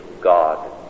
God